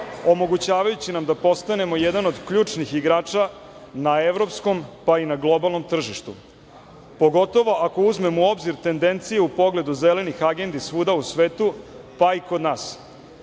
omogućavajući nam da postanemo jedan od ključnih igrača na evropskom, pa i na globalnom tržištu, pogotovo ako uzmemo u obzir tendenciju u pogledu zelenih agendi svuda u svetu, pa i kod